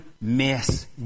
mess